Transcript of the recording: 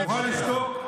אתה מוכן לשתוק?